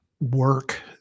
Work